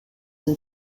and